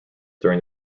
during